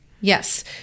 Yes